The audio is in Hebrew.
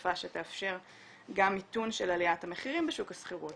חריפה שתאפשר גם מיתון של עליית המחירים בשוק השכירות